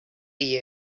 you